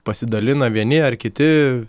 pasidalina vieni ar kiti